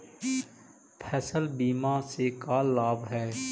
फसल बीमा से का लाभ है?